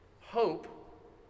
Hope